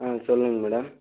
ஆ சொல்லுங்கள் மேடம்